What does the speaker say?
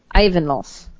Ivanov